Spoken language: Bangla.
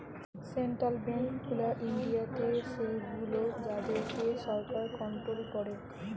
সেন্ট্রাল বেঙ্ক গুলা ইন্ডিয়াতে সেগুলো যাদের কে সরকার কন্ট্রোল করে